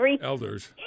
elders